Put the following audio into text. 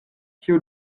kio